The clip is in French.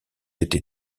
été